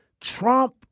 Trump